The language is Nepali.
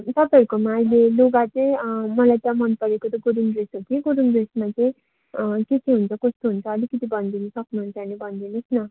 तपाईँहरूकोमा अहिले लुगा चाहिँ मलाई त मन परेको त गुरुङ ड्रेस हो कि गुरुङ ड्रेसमा चाहिँ के के हुन्छ कस्तो हुन्छ अलिकति भनिदिन सक्नुहुन्छ भने भनिदिनुहोस् न